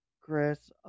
chris